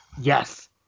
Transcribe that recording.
yes